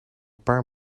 paar